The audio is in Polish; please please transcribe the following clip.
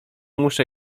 muszę